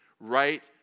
right